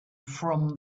from